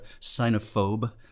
sinophobe